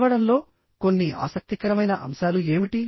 చదవడంలో కొన్ని ఆసక్తికరమైన అంశాలు ఏమిటి